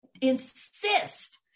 insist